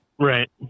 Right